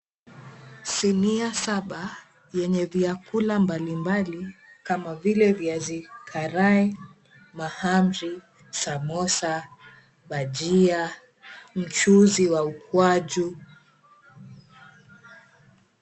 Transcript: Sinia saba yenye vyakula mbali mbali kama vile viazi karai, mahamri, samosa, bajia, mchuzi wa ukwaju.